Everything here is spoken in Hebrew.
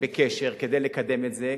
בקשר עם מאיר ניצן כדי לקדם את זה,